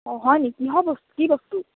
অঁ হয় নেকি কিহৰ বস্তু কি বস্তু